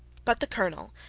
but the colonel,